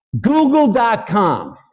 google.com